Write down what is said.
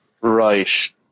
right